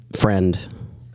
friend